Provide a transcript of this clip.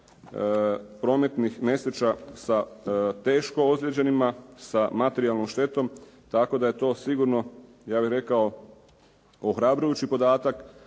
prometnih nesreća sa teško ozlijeđenima, sa materijalnom štetom tako da je to sigurno ja bih rekao ohrabrujući podatak,